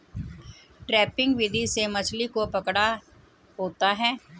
trapping विधि से मछली को पकड़ा होता है